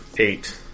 Eight